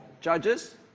judges